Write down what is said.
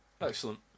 Excellent